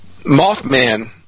Mothman